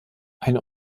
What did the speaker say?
ein